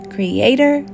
Creator